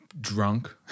drunk